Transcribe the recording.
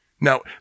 Now